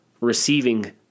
receiving